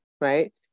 right